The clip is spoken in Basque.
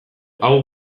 hau